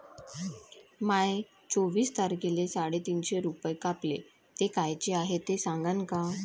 माये चोवीस तारखेले साडेतीनशे रूपे कापले, ते कायचे हाय ते सांगान का?